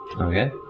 okay